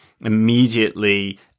immediately